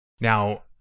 Now